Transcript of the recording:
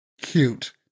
Cute